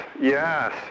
yes